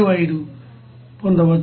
75 పొందవచ్చు